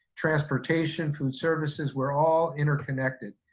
transportation, food services, we're all interconnected.